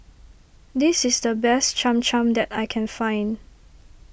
this is the best Cham Cham that I can find